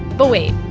but wait.